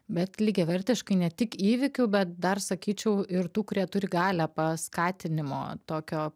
bet lygiavertiškai ne tik įvykių bet dar sakyčiau ir tų kurie turi galią paskatinimo tokio